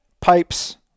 pipes